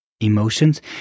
emotions